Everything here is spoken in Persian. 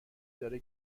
داره